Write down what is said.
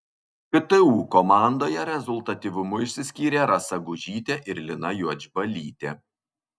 ktu komandoje rezultatyvumu išsiskyrė rasa gužytė ir lina juodžbalytė